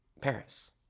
Paris